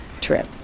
trip